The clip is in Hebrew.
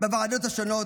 בוועדות השונות.